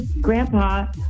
grandpa